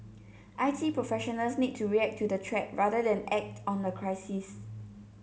I T professionals need to react to the threat rather than act on the crisis